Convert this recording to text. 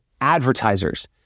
advertisers